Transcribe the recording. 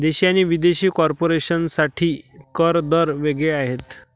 देशी आणि विदेशी कॉर्पोरेशन साठी कर दर वेग वेगळे आहेत